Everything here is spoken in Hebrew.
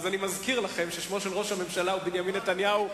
אז אני מזכיר לכם ששמו של ראש הממשלה הוא בנימין נתניהו,